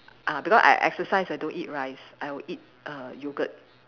ah because I exercise I don't eat rice I would eat err yogurt